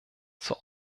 zur